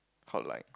hotline